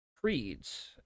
creeds